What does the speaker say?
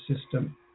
system